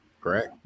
correct